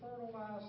fertilize